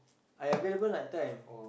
I available night time